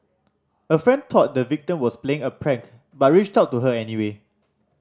a friend thought the victim was playing a prank but reached out to her anyway